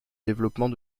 développement